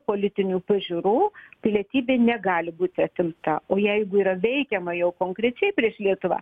politinių pažiūrų pilietybė negali būti atimta o jeigu yra veikiama jau konkrečiai prieš lietuvą